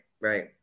right